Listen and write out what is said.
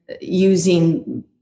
using